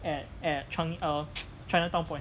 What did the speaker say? at at changi err chinatown point